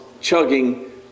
chugging